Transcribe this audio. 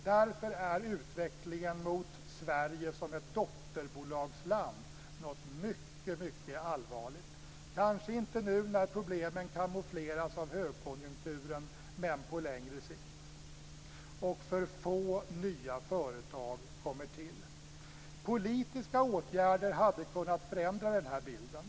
Därför är utvecklingen mot Sverige som ett dotterbolagsland något mycket, mycket allvarligt, kanske inte nu när problemen kamoufleras av högkonjunkturen, men på längre sikt. Och för få nya företag kommer till. Politiska åtgärder hade kunnat förändra den här bilden.